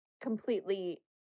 completely